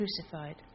crucified